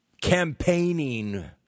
campaigning